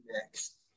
next